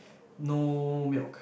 no milk